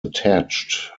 attached